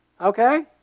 Okay